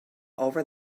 over